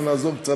עכשיו נעזוב קצת,